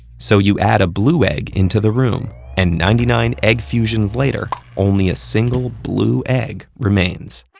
so you add a blue egg into the room, and ninety nine egg fusions later, only a single blue egg remains.